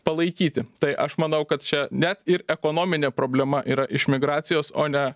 palaikyti tai aš manau kad čia net ir ekonominė problema yra iš migracijos o ne